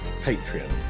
Patreon